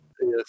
Yes